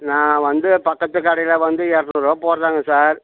நான் வந்து பக்கத்துக்கு கடையில் வந்து இரநூறுவா போடுறாங்க சார்